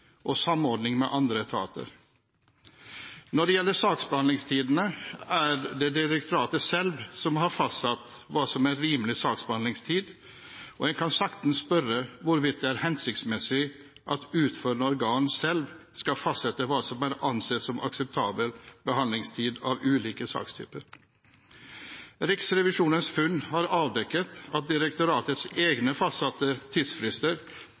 og samordning med andre etater. Når det gjelder saksbehandlingstidene, er det direktoratet selv som har fastsatt hva som er rimelig saksbehandlingstid, og en kan saktens spørre hvorvidt det er hensiktsmessig at utførende organ selv skal fastsette hva som er å anse som akseptabel behandlingstid av ulike sakstyper. Riksrevisjonens funn har avdekket at direktoratets egne fastsatte tidsfrister